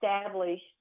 established